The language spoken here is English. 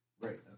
right